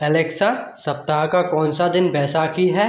Alexa सप्ताह का कौन सा दिन बैसाखी है